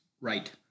Right